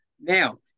Now